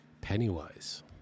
Pennywise